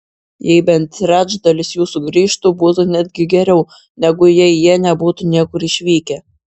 jei bent trečdalis jų sugrįžtų būtų netgi geriau negu jei jie nebūtų niekur išvykę